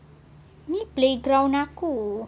ini playground aku